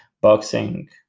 boxing